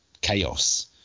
chaos